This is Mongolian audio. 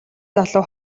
залуу